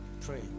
pray